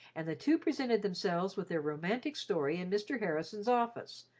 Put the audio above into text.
and the two presented themselves with their romantic story in mr. harrison's office,